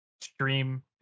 Stream